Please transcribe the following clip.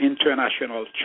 international